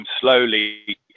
slowly